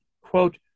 quote